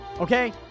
okay